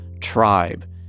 tribe